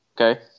Okay